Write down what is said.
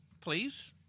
please